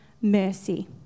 mercy